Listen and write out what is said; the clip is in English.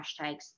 hashtags